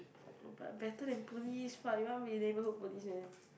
but better than police what you want be neighbourhood police meh